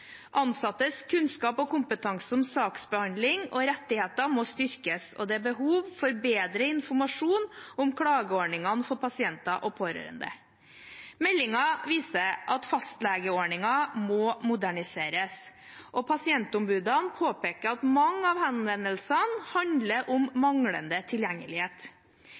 Ansattes kunnskap og kompetanse om saksbehandling og rettigheter må styrkes, og det er behov for bedre informasjon om klageordningene for pasienter og pårørende. Meldingen viser at fastlegeordningen må moderniseres, og pasientombudene påpeker at mange av henvendelsene handler om manglende tilgjengelighet.